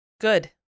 Good